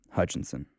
Hutchinson